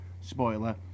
spoiler